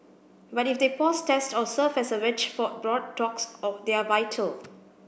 but if they pause tests or serve as a wedge for broad talks or they're vital